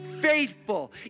faithful